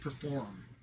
perform